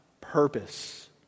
purpose